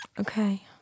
Okay